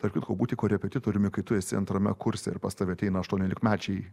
tarp kitko būti korepetitoriumi kai tu esi antrame kurse ir pas tave ateina aštuoniolikmečiai